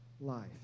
life